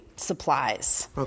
supplies